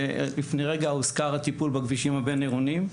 ולפני רגע הוזכר הטיפול בכבישים הבין עירוניים.